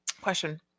Question